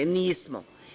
Nismo.